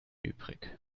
übrig